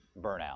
Burnout